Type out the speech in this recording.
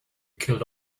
killed